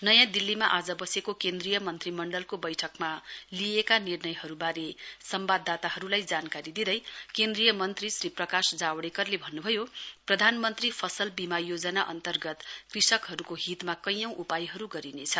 नयाँ दिल्लीमा आज बसेको केन्द्रीय मन्त्रीमण्डलको बैठकमा लिइएका निर्णयहरूबारे सम्वाददाताहरूलाई जानकारी दिँदै केन्द्रीय मन्क्षी श्री प्रकाश जावडेकरले भन्न्भयो प्रधानमन्त्री फसल बीमा योजना अन्तर्गत कृषकहरूको हितमा कैँयौं उपायहरू गरिनेछ